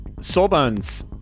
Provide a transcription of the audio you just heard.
Sawbones